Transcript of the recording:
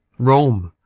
rome.